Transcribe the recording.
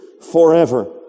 forever